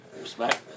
Respect